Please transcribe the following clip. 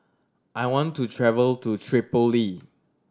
I want to travel to Tripoli